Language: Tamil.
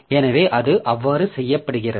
எனவே அது எவ்வாறு செய்யப்படுகிறது